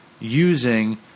using